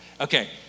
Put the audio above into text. Okay